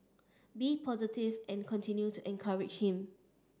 be positive and continue to encourage him